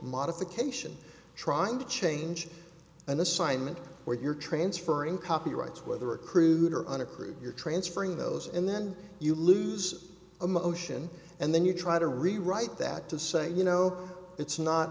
modification trying to change an assignment where you're transferring copyrights whether accrued or unapproved you're transferring those and then you lose a motion and then you try to rewrite that to say you know it's not